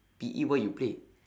P_E what you play